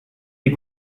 des